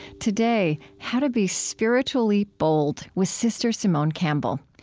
today how to be spiritually bold with sr. simone campbell.